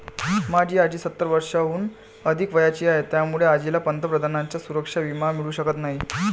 माझी आजी सत्तर वर्षांहून अधिक वयाची आहे, त्यामुळे आजीला पंतप्रधानांचा सुरक्षा विमा मिळू शकत नाही